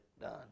done